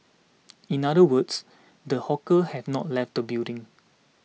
in other words the hawker has not left the building